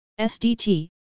SDT